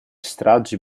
stragi